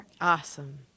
Awesome